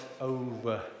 over